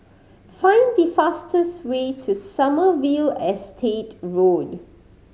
find the fastest way to Sommerville Estate Road